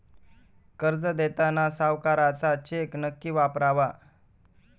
कर्ज देताना सावकाराचा चेक नक्की वापरावा